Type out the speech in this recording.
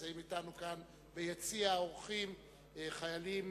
נמצאים אתנו כאן ביציע האורחים חיילים